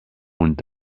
und